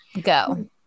Go